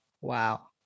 Wow